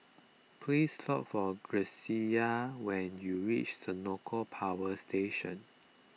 please look for Grecia when you reach Senoko Power Station